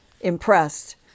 impressed